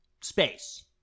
space